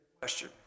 question